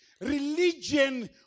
Religion